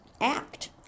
act